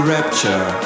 Rapture